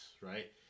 right